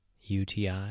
UTI